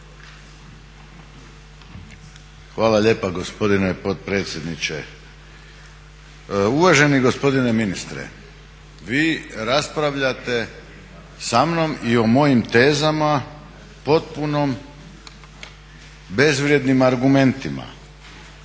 Hvala lijepa gospodine potpredsjedniče. Uvaženi gospodine ministre, vi raspravljate sa mnom i o mojim tezama potpunom bezvrijednim argumentima.